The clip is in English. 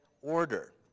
order